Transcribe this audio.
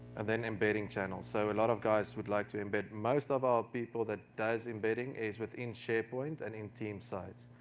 and then embedding channels, so a lot of guys would like to embed most of our people that does embedding is within sharepoint and team sites.